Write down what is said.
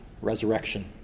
resurrection